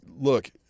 look